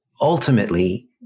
ultimately